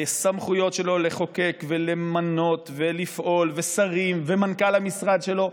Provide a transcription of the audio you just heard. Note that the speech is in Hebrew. על הסמכויות שלו לחוקק ולמנות ולפעול ושרים ומנכ"ל המשרד שלו,